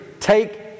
Take